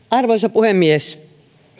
arvoisa puhemies